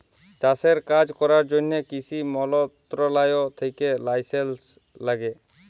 চাষের কাজ ক্যরার জ্যনহে কিসি মলত্রলালয় থ্যাকে লাইসেলস ল্যাগে